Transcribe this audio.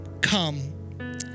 come